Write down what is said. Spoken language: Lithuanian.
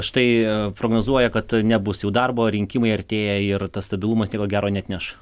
štai prognozuoja kad nebus jau darbo rinkimai artėja ir tas stabilumas nieko gero neatneš